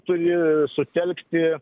turi sutelkti